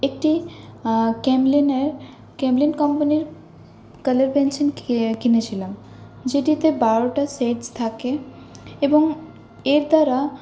একটি ক্যামলিনের ক্যামলিন কোম্পানীর কালার পেন্সিল খেয়ে কিনেছিলাম যেটিতে বারোটা শেডস থাকে এবং এর দ্বারা